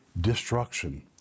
destruction